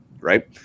right